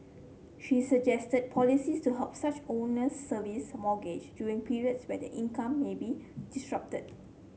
she suggested policies to help such owners service mortgage during periods where their income may be disrupted